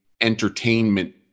entertainment